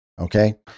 Okay